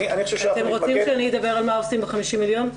אני חושב שאנחנו נתמקד --- אתם רוצים שאדבר על מה עושים ב-50 מיליון?